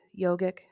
yogic